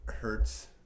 hurts